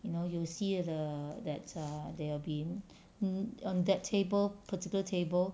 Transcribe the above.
you know you'll see the that err there will be (mm)on that table particular table